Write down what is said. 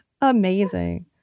Amazing